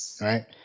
Right